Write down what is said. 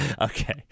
Okay